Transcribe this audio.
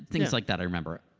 things like that, i remember.